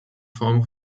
form